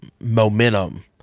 momentum